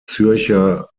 zürcher